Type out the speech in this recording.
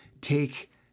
take